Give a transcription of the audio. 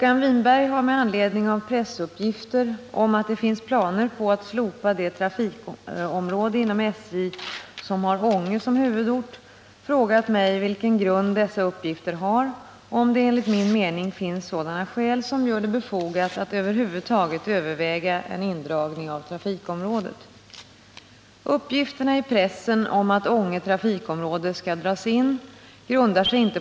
I pressen har förekommit uppgifter att det finns vissa planer att slopa det trafikområde inom SJ som har Ånge som huvudort. Vill kommunikationsministern med anledning därav upplysa kammaren dels vilken grund dessa uppgifter har, dels om det enligt statsrådets mening finns sådana skäl som gör det befogat att över huvud taget överväga en indragning av trafikområdet? Justitiekanslern har i ett ärende prickat länsåklagaren i Halmstad, Brynolf Wendt.